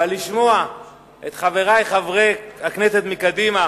אבל לשמוע את חברי חברי הכנסת מקדימה